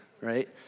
right